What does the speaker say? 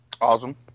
Awesome